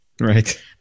Right